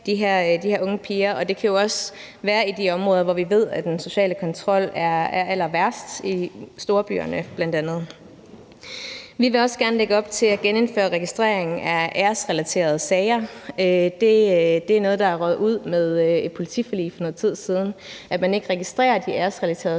de her unge piger, og det kan jo også være i de områder, hvor vi ved at den sociale kontrol er allerværst, bl.a. i storbyerne. Vi vil også gerne lægge op til at genindføre registreringen af æresrelaterede sager. Det er noget, der er røget ud med et politiforlig for noget tid siden, altså at man ikke registrerer de æresrelaterede